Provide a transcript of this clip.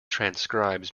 transcribes